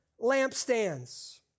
lampstands